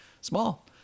small